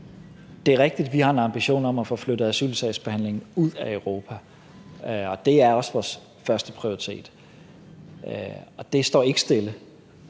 Det er rigtigt, at vi har en ambition om at få flyttet asylsagsbehandlingen ud af Europa, og det er også vores førsteprioritet. Og det står jo ikke stille;